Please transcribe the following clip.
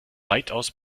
weitaus